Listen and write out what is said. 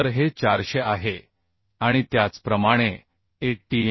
तर हे 400 आहे आणि त्याचप्रमाणे Atn